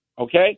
Okay